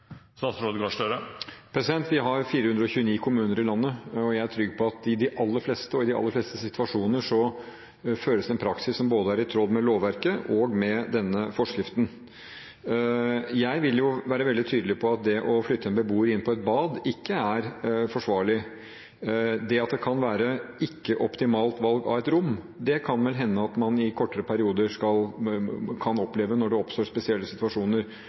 Vi har 429 kommuner i landet, og jeg er trygg på at i de aller fleste – og i de aller fleste situasjoner – føres det en praksis som er i tråd med både lovverket og denne forskriften. Jeg vil være veldig tydelig på at det å flytte en beboer inn på et bad ikke er forsvarlig. Det at det kan være ikke-optimale valg av rom, kan det vel hende at man i kortere perioder kan oppleve når det oppstår spesielle situasjoner,